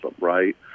right